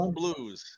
blues